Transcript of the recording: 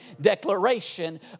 declaration